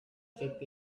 keep